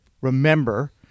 Remember